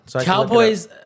Cowboys